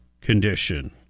condition